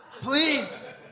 Please